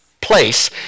place